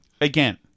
again